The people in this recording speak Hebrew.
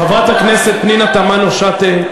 חברת הכנסת פנינה תמנו-שטה,